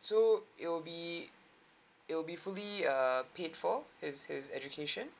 so it will be it will be fully err paid for his his education